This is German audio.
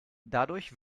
dadurch